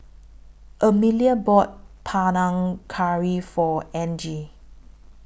Amelia bought Panang Curry For Angie